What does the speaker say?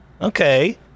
Okay